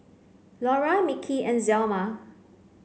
Laura Mickie and Zelma